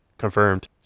Confirmed